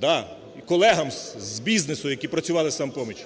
Да, колегам з бізнесу, які працювали з "Самопоміччю".